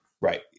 Right